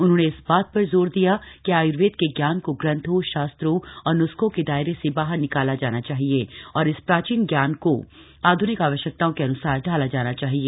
उन्होंने इस बात पर जोर दिया कि आयुर्वेद के जान को ग्रंथों शास्त्रों और नुस्खों के दायरे से बाहर निकाला जाना चाहिए और इस प्राचीन ज्ञान को आधुनिक आवश्यकताओं के अनुसार ढाला जाना चाहिए